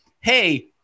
hey